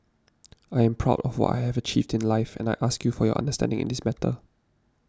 I am proud of what I have achieved in life and I ask you for your understanding in this matter